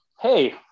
Hey